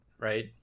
right